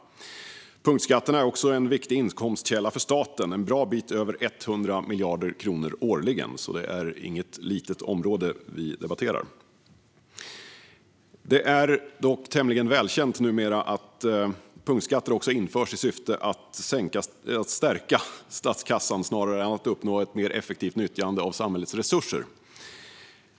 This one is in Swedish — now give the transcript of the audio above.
Punktskatterna är också en viktig inkomstkälla för staten - en bra bit över 100 miljarder kronor årligen. Det är alltså inget litet område som vi debatterar. Det är numera dock tämligen välkänt att punktskatter också införs i syfte att stärka statskassan snarare än att uppnå ett mer effektivt nyttjande av samhällets resurser.